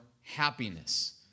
happiness